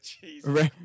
Jesus